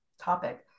topic